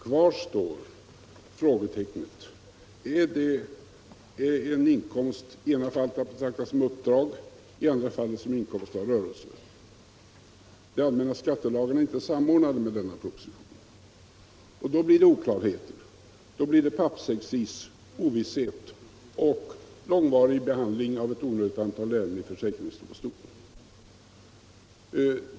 Kvar står frågetecknet: Är en inkomst i ena fallet att betrakta som inkomst av uppdrag, i andra fall att betrakta som inkomst av rörelse? De allmänna skattelagarna är inte samordnade med denna proposition. Då blir det oklarhet. Då blir det pappersexercis, ovisshet och långvarig behandling av ett onödigt antal ärenden i försäkringsdomstolen.